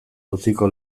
auziko